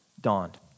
dawned